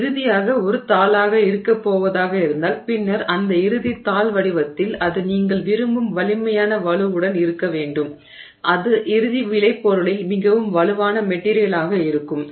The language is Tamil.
அது இறுதியாக ஒரு தாளாக இருக்கப் போவதாக இருந்தால் பின்னர் அந்த இறுதி தாள் வடிவத்தில் அது நீங்கள் விரும்பும் வலிமையான வலுவுடன் இருக்க வேண்டும் அது இறுதி விளைபொருளில் மிகவும் வலுவான மெட்டிரியலாக இருக்கும்